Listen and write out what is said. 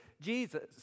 Jesus